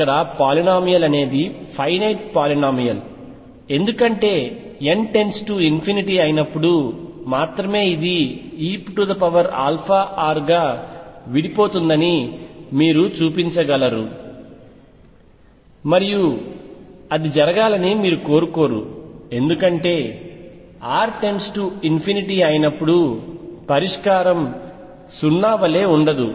ఇక్కడ పాలీనోమీయల్ అనేది finite polynomial ఎందుకంటే n →∞ అయినప్పుడు మాత్రమే ఇది eαr గా విడిపోతుందని మీరు చూపించగలరు మరియు అది జరగాలని మీరు కోరుకోరు ఎందుకంటే r→∞ అయినప్పుడు పరిష్కారం 0 వలె ఉండదు